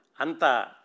Anta